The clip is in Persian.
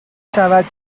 شود